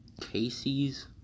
Casey's